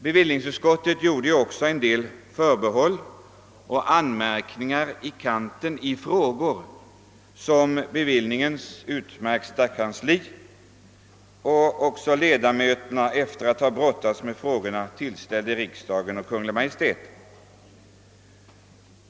Bevillningsutskottet gjorde också en del förbehåll och anmärkningar i kanten, som dess utmärkta kansli och dess ledamöter efter att ha brottats med frågorna tillställde riksdagen och Kungl. Maj:t.